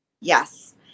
Yes